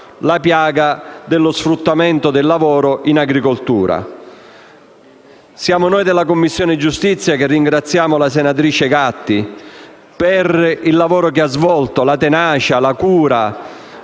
la piaga dello sfruttamento del lavoro in agricoltura. Siamo noi della Commissione giustizia che ringraziamo la senatrice Gatti per il lavoro che ha svolto, per la tenacia, la cura